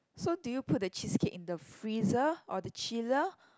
so do you put the cheesecake in the freezer or the chiller